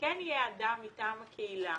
שכן יהיה אדם מטעם הקהילה